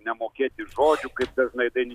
nemokėti žodžių kaip dažnai dainininkai